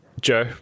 Joe